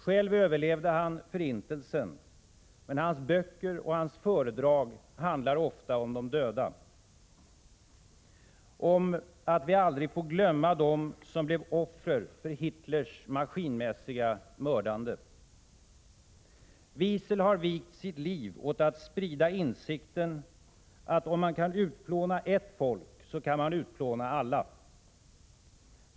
Själv överlevde han Förintelsen — men hans böcker och föredrag handlar ofta om de döda, om att vi aldrig får glömma dem som blev offer för Hitlers maskinmässiga mördande. Wiesel har vigt sitt liv åt att sprida insikten att om man kan utplåna ett folk kan man utplåna alla.